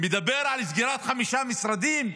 מדבר על סגירת חמישה משרדים,